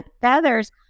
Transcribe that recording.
Feathers